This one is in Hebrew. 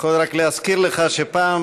אני יכול רק להזכיר לך שפעם,